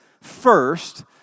first